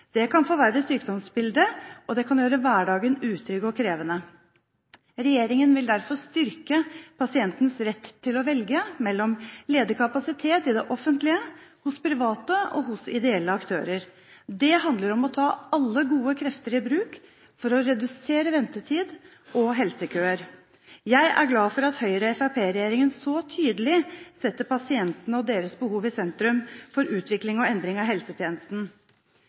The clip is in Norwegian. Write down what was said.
Det kan forverre sykdomsbildet, og det kan gjøre hverdagen utrygg og krevende. Regjeringen vil derfor styrke pasientens rett til å velge mellom ledig kapasitet i det offentlige, hos private og hos ideelle aktører. Det handler om å ta alle gode krefter i bruk for å redusere ventetid og helsekøer. Jeg er glad for at Høyre–Fremskrittsparti-regjeringen så tydelig setter pasientene og deres behov i sentrum for utvikling og endring av helsetjenesten.